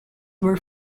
were